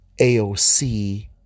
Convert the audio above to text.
AOC